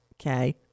okay